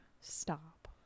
stop